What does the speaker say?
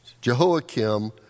Jehoiakim